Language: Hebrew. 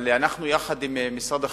אבל אנחנו, יחד עם משרד החינוך,